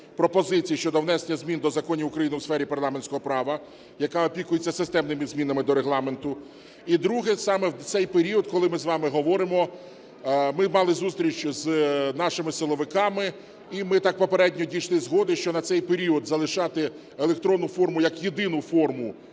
пропозицій щодо внесення змін до законів України у сфері парламентського права, яка опікується системними змінами до Регламенту. І друге. Саме в цей період, коли ми з вами говоримо, ми мали зустріч з нашими силовиками, і ми так попередньо дійшли згоди, що на цей період залишати електронну форму як єдину форму